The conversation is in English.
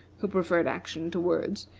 who preferred action to words.